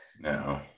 No